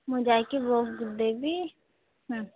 ମୁଁ ଯାଇକି ବୁକ୍ ଦେବି ହୁଁ